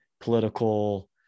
political